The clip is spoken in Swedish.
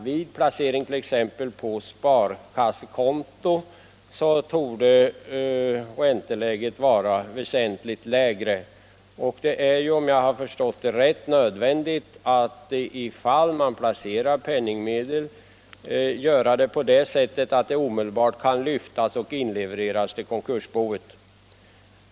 Vid placering t.ex. på sparkassekonto torde räntan vara väsentligt lägre. Om jag har förstått det rätt är det nödvändigt att, ifall man placerar penningmedel, göra det på ett sådant sätt att de omedelbart kan lyftas och inlevereras till konkursboet.